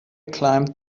climbed